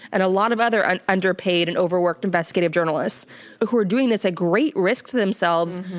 and a lot of other and underpaid and overworked investigative journalists who are doing this at great risk to themselves,